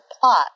plot